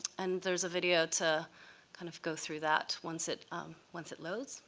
and there's a video to kind of go through that once it once it loads.